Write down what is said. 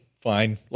fine